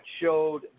showed